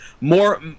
More